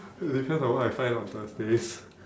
depends on what I find on thursdays